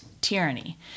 tyranny